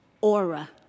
Aura